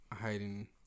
hiding